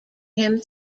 him